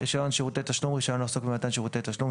"רישיון שירותי תשלום" רישיון לעסוק במתן שירותי תשלום,